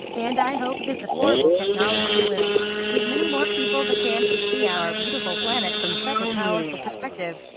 and i hope this affordable technology will give many more people the chance to see our beautiful planet from such a powerful perspective.